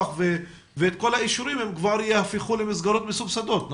ואת כל האישורים הם כבר ייהפכו למסגרות מסובסדות,